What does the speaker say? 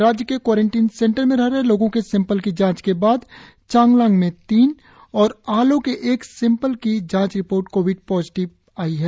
राज्य के quarantine centre में रह रहे लोगों के सेंपल के जांच के बाद चांगलांग के तीन और आलो के एक सेंपल की जांच रिपोर्ट कोविड पॉजिटिव आई है